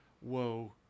whoa